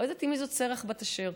לא ידעתי מי זאת שרח בת אשר,